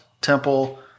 temple